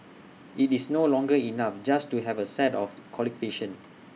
IT is no longer enough just to have A set of